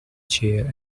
chair